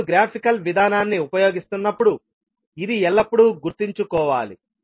మీరు గ్రాఫికల్ విధానాన్ని ఉపయోగిస్తున్నప్పుడు ఇది ఎల్లప్పుడూ గుర్తుంచుకోవాలి